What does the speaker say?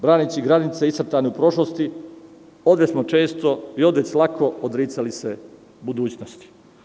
Branici granica nacrtani u prošlosti, odveć smo često i odveć lako odricali se budućnosti.